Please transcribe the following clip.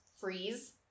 freeze